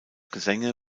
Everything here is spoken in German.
gesänge